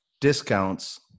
Discounts